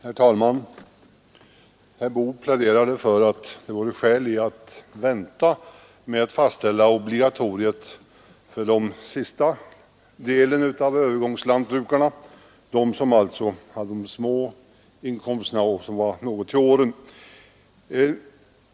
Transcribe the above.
Herr talman! Herr Boo pläderade för att vi skulle vänta med att fastställa obligatoriet för den sista delen av övergångslantbrukarna, alltså de med små inkomster eller som är något till åren.